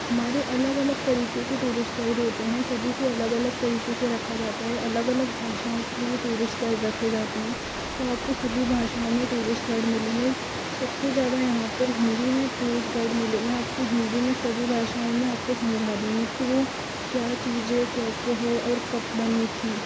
हमारे अलग अलग तरीके के टूरिस्ट गाइड होते हैं सभी को अलग अलग तरीके से रखा जाता है अलग अलग भाषाओं के लिए टूरिस्ट गाइड रखे जाते हैं तो आपको सभी भाषाओं में टूरिस्ट गाइड मिलेंगे सबसे ज़्यादा यहाँ पर हिंदी में टूरिस्ट गाइड मिलेंगे आपको हिंदी में सभी भाषाओं में आपको समझा देंगे की वह क्या चीज़ है कैसे है और कब बनी थी